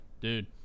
Dude